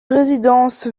résidence